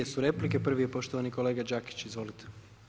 2 su replike, prvi je poštovani kolega Đakić, izvolite.